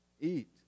eat